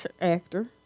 actor